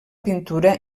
pintura